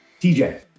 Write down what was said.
TJ